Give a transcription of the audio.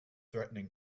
threatening